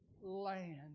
land